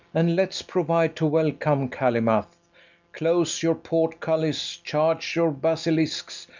and let's provide to welcome calymath close your port-cullis, charge your basilisks,